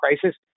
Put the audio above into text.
crisis